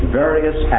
various